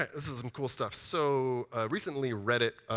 this is some cool stuff. so recently, reddit